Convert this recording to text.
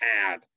add